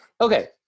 Okay